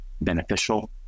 beneficial